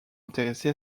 intéressé